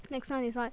next one is what